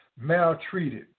maltreated